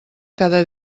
cada